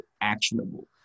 actionable